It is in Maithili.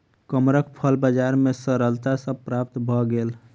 कमरख फल बजार में सरलता सॅ प्राप्त भअ गेल